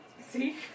See